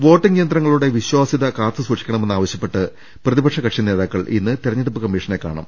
voting യന്ത്രങ്ങളുടെ വിശ്വാസൃത കാത്തു സൂക്ഷിക്കണമെന്ന് ആവശ്യപ്പെട്ട് പ്രതിപക്ഷ കക്ഷി നേതാക്കൾ ഇന്ന് തെരഞ്ഞെടുപ്പ് കമ്മീഷനെ കാണും